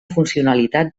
funcionalitat